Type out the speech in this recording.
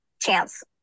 Chance